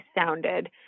sounded